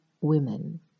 women